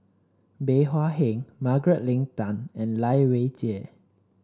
Bey Hua Heng Margaret Leng Tan and Lai Weijie